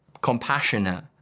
compassionate